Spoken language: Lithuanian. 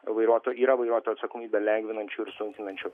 vairuotojų yra vairuotojų atsakomybę lengvinančių ir sunkinančių